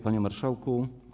Panie Marszałku!